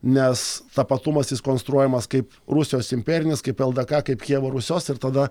nes tapatumas jis konstruojamas kaip rusijos imperinis kaip ldk kaip kijevo rusios ir tada